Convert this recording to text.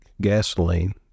gasoline